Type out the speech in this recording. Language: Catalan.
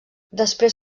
després